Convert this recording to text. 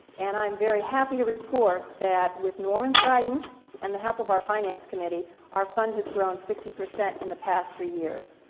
and i am very happy to report that with norman's guidance and the help of our finance committee our fund has grown sixty percent in the past three years.